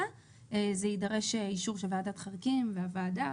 הזה יידרש אישור של ועדת חריגים והוועדה.